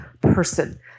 person